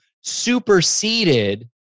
superseded